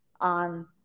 on